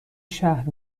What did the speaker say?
شهر